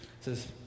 says